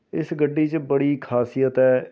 ਇਸ ਗੱਡੀ 'ਚ ਬੜੀ ਖਾਸੀਅਤ ਹੈ